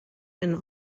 and